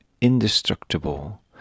indestructible